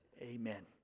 Amen